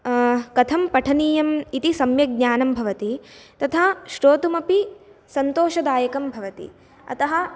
कथं पठनीयम् इति सम्यक् ज्ञानं भवति तथा श्रोतुमपि सन्तोषदायकं भवति अतः